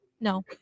No